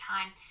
time